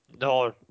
No